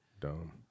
Dumb